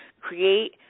create